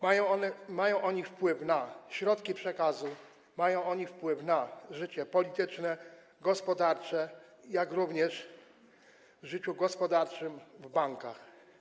Mają oni wpływ na środki przekazu, mają oni wpływ na życie polityczne, gospodarcze, jak również wpływy w życiu gospodarczym w bankach.